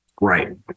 Right